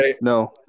No